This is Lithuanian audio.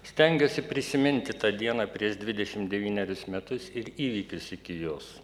stengiuosi prisiminti tą dieną prieš dvidešim devynerius metus ir įvykius iki jos